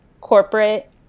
corporate